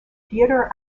theodore